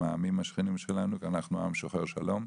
העמים השכנים שלנו כי אנחנו עם שוחר שלום.